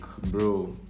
bro